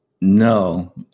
no